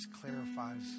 clarifies